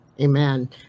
Amen